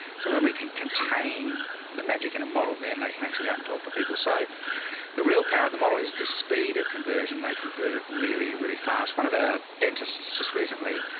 so when we can contain the magic and a model, then they can actually go out and talk to people. so the real power of the model is the speed of conversion. they convert really, really fast. one of our ah dentists just recently,